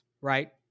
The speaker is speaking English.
right